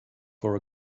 for